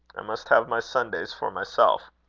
i must have my sundays for myself.